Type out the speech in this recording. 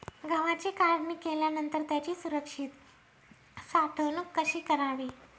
गव्हाची काढणी केल्यानंतर त्याची सुरक्षित साठवणूक कशी करावी?